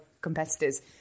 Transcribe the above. competitors